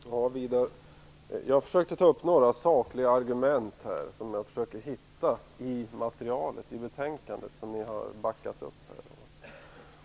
Herr talman! Jag försökte ta upp några sakliga argument, Widar Andersson, som jag försökte hitta i det betänkande som ni har backat upp.